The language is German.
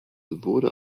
wurde